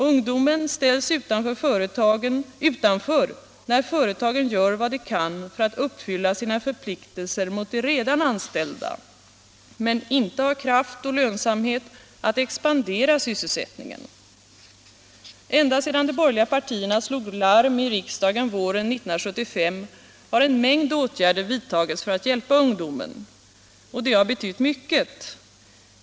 Ungdomen ställs utanför när företagen gör vad de kan för att uppfylla sina förpliktelser mot de redan anställda men inte har kraft och lönsamhet att expandera sysselsättningen. Ända sedan de borgerliga partierna slog larm i riksdagen våren 1975 har en mängd åtgärder vidtagits för att hjälpa ungdomen. Och de har betytt mycket.